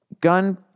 Gun